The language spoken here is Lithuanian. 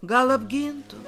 gal apgintų